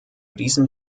diesem